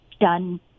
done